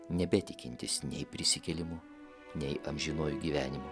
nebetikintis nei prisikėlimu nei amžinuoju gyvenimu